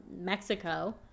Mexico